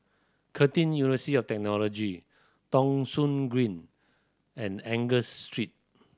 Curtin University of Technology Thong Soon Green and Angus Street